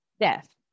Death